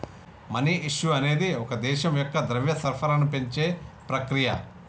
money issue అనేది ఒక దేశం యొక్క ద్రవ్య సరఫరాను పెంచే ప్రక్రియ